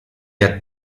had